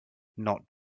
not